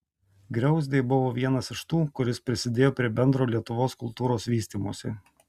griauzdė buvo vienas iš tų kuris prisidėjo prie bendro lietuvos kultūros vystymosi